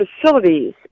facilities